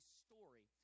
story